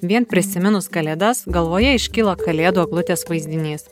vien prisiminus kalėdas galvoje iškilo kalėdų eglutės vaizdinys